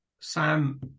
Sam